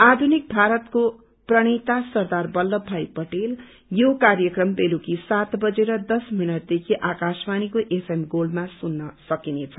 आधुनिक भारतको प्रणेता सरदार बल्लभ भाई पटेल यो कार्यक्रम बेलुकी सात बजेर दस मिनटदेखि आकाशवाणीको एफएम गोल्डमा सुन्न सकिनेछ